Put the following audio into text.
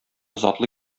затлы